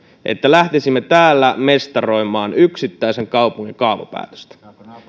että lähtisimme täällä mestaroimaan yksittäisen kaupungin kaavapäätöstä